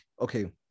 okay